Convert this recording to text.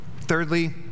Thirdly